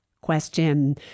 question